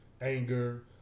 Anger